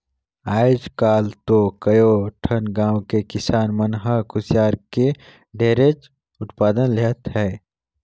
आयज काल तो कयो ठन गाँव के किसान मन ह कुसियार के ढेरेच उत्पादन लेहत हे